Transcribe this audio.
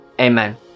Amen